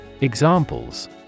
Examples